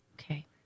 Okay